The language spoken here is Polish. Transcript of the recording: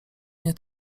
nie